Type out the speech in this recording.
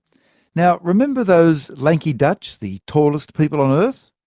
now remember those lanky dutch, the tallest people on earth?